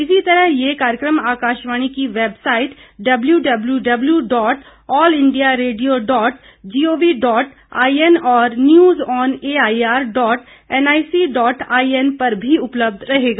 इसी तरह यह कार्यक्रम आकाशवाणी की website W W W W dot all India radio dot G O V dot I N और news on A I R dot N I C dot I N पर भी उपलब्ध रहेगा